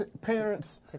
parents